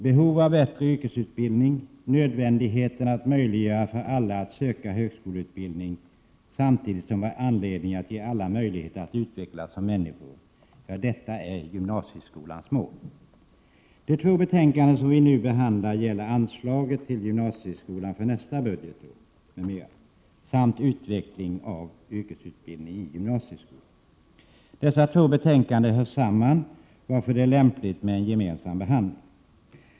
Behov av bättre yrkesutbildning, nödvändigheten att möjliggöra för alla att söka högskoleutbildning, samtidigt som vi har anledning att ge alla möjligheter att utvecklas som människor — ja, detta är gymnasieskolans mål. De två betänkanden som vi nu behandlar gäller anslaget till gymnasieskolan för nästa budgetår m.m. samt utveckling av yrkesutbildningen i gymnasieskolan. Dessa två betänkanden hör samman, varför det är lämpligt med gemensam behandling.